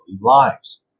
lives